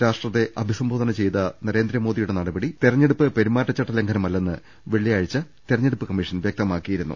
രാഷ്ട്രത്തെ അഭിസംബോധന ചെയ്ത നരേന്ദ്രമോദിയുടെ നടപടി തെരഞ്ഞെ ടുപ്പ് പെരുമാറ്റച്ചട്ട ലംഘനമല്ലെന്ന് വെള്ളിയാഴ്ച് തെരഞ്ഞെടുപ്പ് കമ്മീഷൻ വ്യക്തമാക്കിയിരുന്നു